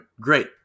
Great